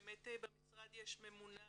באמת במשרד יש ממונה